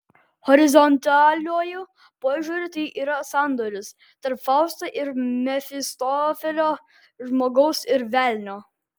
horizontaliuoju požiūriu tai yra sandoris tarp fausto ir mefistofelio žmogaus ir velnio